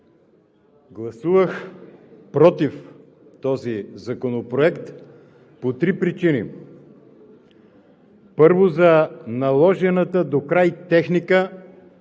Гласувах против този законопроект по три причини. Първо, заради наложената докрай техника